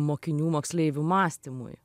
mokinių moksleivių mąstymui